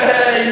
עוד אין תקציב.